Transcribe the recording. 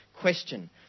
question